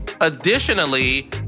Additionally